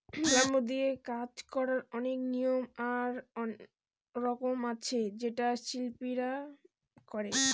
bamboo নিয়ে কাজ করার অনেক নিয়ম আর রকম আছে যেটা শিল্পীরা করে